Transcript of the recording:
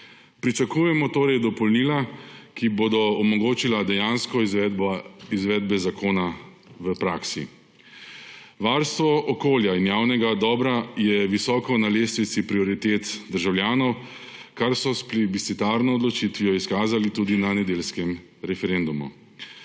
Pričakujemo torej dopolnila, ki bodo omogočila dejansko izvedbo zakona v praksi. Varstvo okolja in javnega dobra je visoko na lestvici prioritet državljanov, kar so s plebiscitarno odločitvijo izkazali tudi na nedeljskem referendumu.